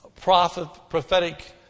prophetic